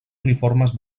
uniformes